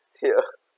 here